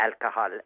alcohol